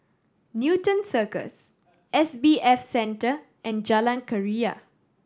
Newton Cirus S B F Center and Jalan Keria